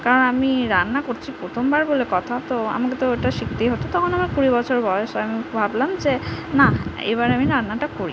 কারণ আমি রান্না করছি প্রথমবার বলে কথা তো আমাকে তো ওটা শিখতেই হতো তখন আমার কুড়ি বছর বয়স আমি ভাবলাম যে না এবার আমি রান্নাটা করি